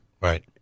right